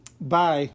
Bye